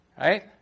Right